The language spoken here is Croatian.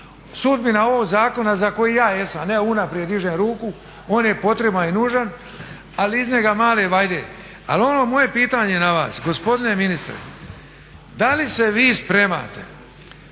Sudbina ovog zakona za koji ja jesam, evo unaprijed dižem ruku, on je potreban i nužan ali iz njega male vajde. Ali ono moje pitanje na vas, gospodine ministre da li se vi spremate